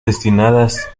destinadas